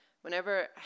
Whenever